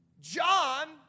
John